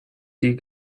die